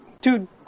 Dude